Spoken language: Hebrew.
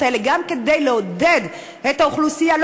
האלה וגם כדי לעודד את האוכלוסייה.